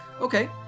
Okay